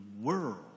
world